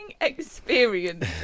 experience